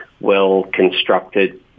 well-constructed